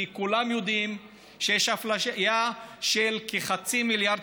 כי כולם יודעים שיש אפליה של כחצי מיליארד